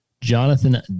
Jonathan